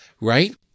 right